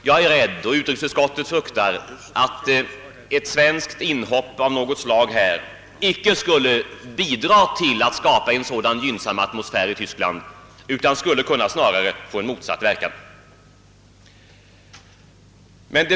Jag är rädd för och utrikesutskottet fruktar att ett svenskt inhopp av något slag inte skulle bidra till att skapa en sådan gynnsam atmosfär i Tyskland utan snarare skulle kunna få en motsatt verkan.